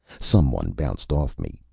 someone bounced off me.